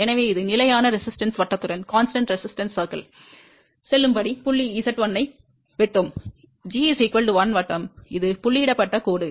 எனவே இது நிலையான எதிர்ப்பு வட்டத்துடன் செல்லும் படி புள்ளி z1 ஐ வெட்டும் g 1 வட்டம் இது புள்ளியிடப்பட்ட கோடு